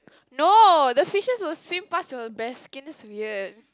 no the fishes will swim pass your bare skin that's weird